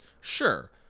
sure